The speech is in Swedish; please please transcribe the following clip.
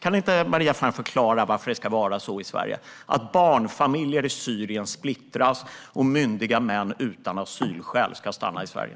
Kan inte Maria Ferm förklara varför det ska vara så att barnfamiljer i Syrien splittras medan myndiga män utan asylskäl ska stanna i Sverige?